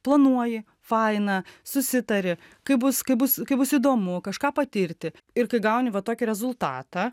planuoji faina susitari kaip bus kaip bus kaip bus įdomu kažką patirti ir kai gauni va tokį rezultatą